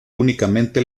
únicamente